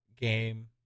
game